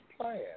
plan